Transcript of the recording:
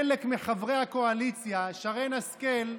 חלק מחברי הקואליציה, שרן השכל,